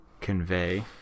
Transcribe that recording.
convey